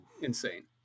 insane